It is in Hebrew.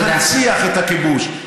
להנציח את הכיבוש.